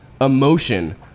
emotion